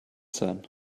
sein